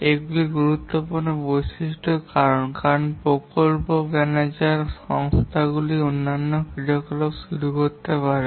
এগুলি গুরুত্বপূর্ণ বৈশিষ্ট্য কারণ প্রকল্প ম্যানেজার সংস্থানগুলির অন্যান্য ক্রিয়াকলাপ শুরু করতে পারে